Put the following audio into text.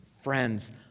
friends